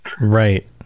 Right